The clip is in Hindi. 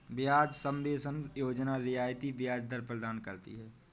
ब्याज सबवेंशन योजना रियायती ब्याज दर प्रदान करती है